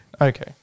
Okay